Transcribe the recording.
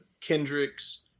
Kendricks